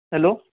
hello